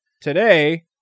today